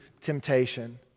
temptation